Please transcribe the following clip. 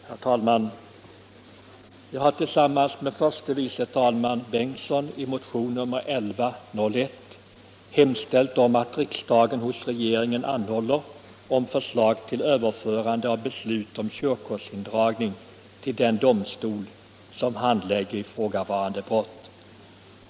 Herr talman! Jag har tillsammans med herr förste vice talmannen Bengtson i motionen 1101 hemställt att riksdagen hos regeringen anhåller om förslag till överförande av beslut om körkortsindragning till den domstol som handlägger ifrågavarande brott.